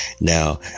now